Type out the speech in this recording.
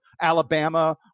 Alabama